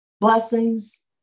blessings